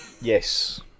Yes